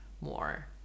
more